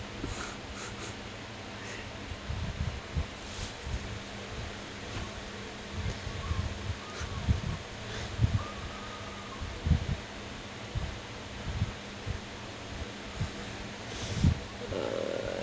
uh